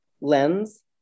lens